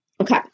Okay